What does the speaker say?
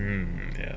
mm ya